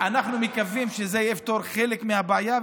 אנחנו מקווים שזה יפתור חלק מהבעיה,